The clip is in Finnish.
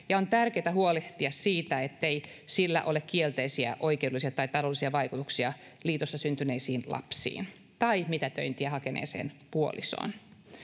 ja on tärkeätä huolehtia siitä ettei sillä ole kielteisiä oikeudellisia tai taloudellisia vaikutuksia liitossa syntyneisiin lapsiin tai mitätöintiä hakeneeseen puolisoon